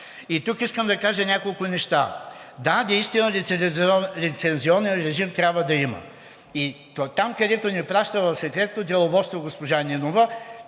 И тук искам да кажа няколко неща. Да, наистина лицензионен режим трябва да има. И там, където ни праща госпожа Нинова